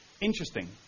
Interesting